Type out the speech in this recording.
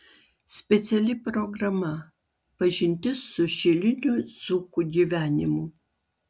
speciali programa pažintis su šilinių dzūkų gyvenimu